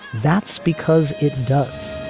that's because it does